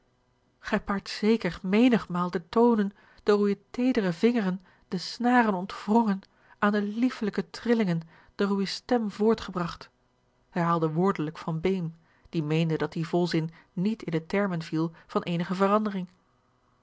gij paart zeker menigmaal de toonen door uwe teedere vingeren den snaren ontwrongen aan de liefelijke trillingen door uwe stem voortgebragt herhaalde woordelijk van beem die meende dat die volzin niet in de termen viel van eenige verandering